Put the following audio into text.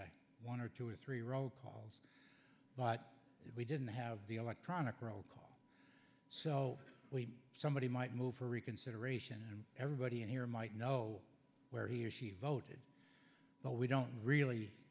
one or two or three roll calls but we didn't have the electronic roll call so we somebody might move for reconsideration and everybody in here might know where he or she voted but we don't really